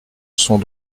sont